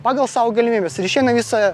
pagal savo galimybes ir išeina visą